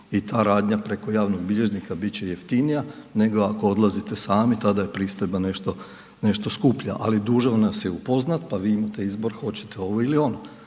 i ta radnja preko javnog bilježnika bit će jeftinija nego ako odlazite sami, tada je pristojba nešto skuplja ali dužan nas je upoznati pa vi imate izbor hoćete ovo ili ono.